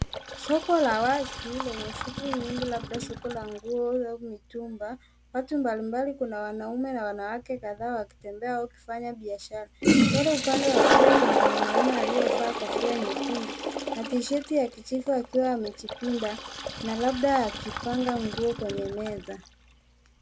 Soko la wazi lenye shughuli nyingi labda soko la nguo au mitumba. Watu mbalimbali, kuna wanaume na wanawake, kadhaa wakitembea au kufanya biashara. Katika upande wa kulia kuna mwanaume aliyevaa kofia nyekundu na t-shirt ya kijivu akiwa amejipinda na labda anakipanga nguo kwenye meza.